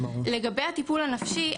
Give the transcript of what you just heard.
לגבי הטיפול הנפשי,